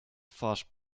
twarz